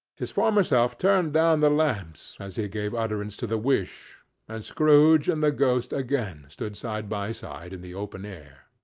his former self turned down the lamps as he gave utterance to the wish and scrooge and the ghost again stood side by side in the open air.